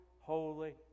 holy